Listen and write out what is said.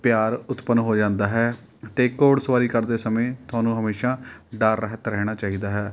ਪਿਆਰ ਉਤਪੰਨ ਹੋ ਜਾਂਦਾ ਹੈ ਅਤੇ ਘੋੜ ਸਵਾਰੀ ਕਰਦੇ ਸਮੇਂ ਤੁਹਾਨੂੰ ਹਮੇਸ਼ਾ ਡਰ ਰਹਿਤ ਰਹਿਣਾ ਚਾਹੀਦਾ ਹੈ